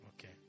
okay